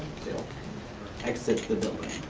they will exit the building.